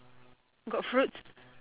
got fruits